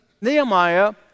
Nehemiah